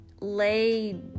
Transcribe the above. lay